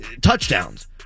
touchdowns